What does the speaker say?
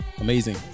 Amazing